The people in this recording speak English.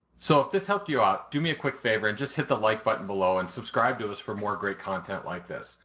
so, if this helped you out, do me a quick favor and just hit the like button below, and subscribe to us for more great content like this.